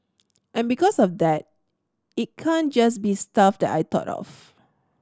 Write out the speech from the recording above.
and because of that it can't just be stuff that I thought of